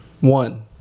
One